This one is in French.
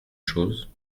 choses